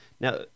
Now